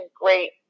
great